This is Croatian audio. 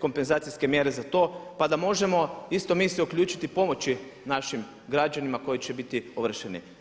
kompenzacijske mjere za to pa da možemo isto mi se uključiti pomoći našim građanima koji će biti ovršeni.